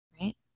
Right